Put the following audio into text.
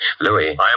Louis